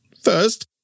First